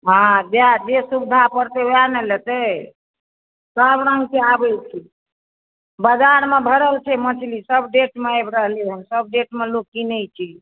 हँ जे सुविधा पड़तै उएह ने लेतै सभरङ्गके आबैत छै बाजारमे भरल छै मछलीसभ देशमे आबि रहलै हँ सभदेशमे लोक किनैत छै